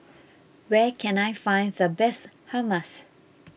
where can I find the best Hummus